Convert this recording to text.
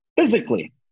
physically